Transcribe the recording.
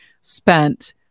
spent